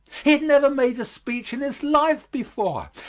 he had never made a speech in his life before,